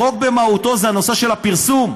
החוק במהותו זה הנושא של הפרסום,